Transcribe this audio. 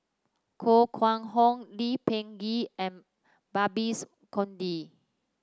koh Kguang Hong Lee Peh Gee and Babes Conde